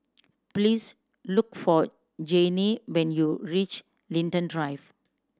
please look for Janene when you reach Linden Drive